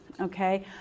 Okay